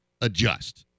adjust